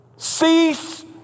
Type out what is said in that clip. Cease